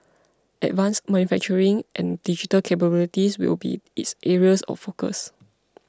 advanced manufacturing and digital capabilities will be its areas of focus